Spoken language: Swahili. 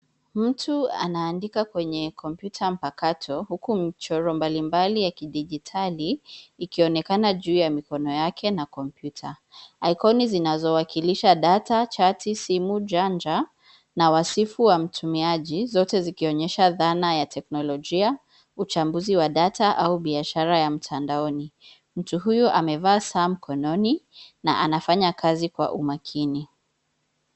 Mtu anaandika kwenye kompyuta mpakato huku mchoro mbalimbali ya kidijitali ikionekana juu ya mikono yake na kompyuta. Ikoni zinazowakilisha data, chati, simujanja na wasifu wa mtumiaji zote zikionyesha dhana ya teknolojia, uchambuzi wa data au biashara ya mtandaoni. Mtu huyu amevaa saa mkononi na anafanya kazi kwa umakini.